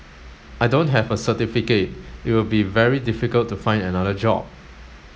I don't have a certificate it will be very difficult to find another job